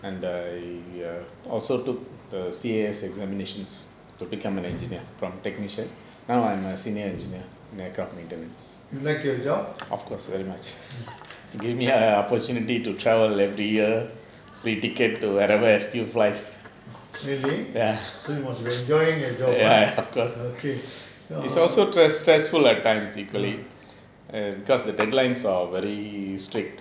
you like your job really so you must be enjoying your job okay err uh